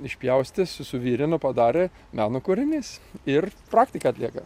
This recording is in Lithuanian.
išpjaustė su suvirino padarė meno kūrinys ir praktiką atlieka